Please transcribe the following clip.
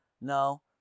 No